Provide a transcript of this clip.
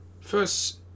First